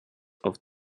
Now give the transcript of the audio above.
auf